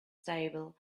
stable